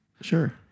sure